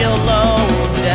alone